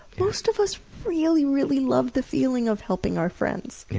most of us really, really love the feeling of helping our friends.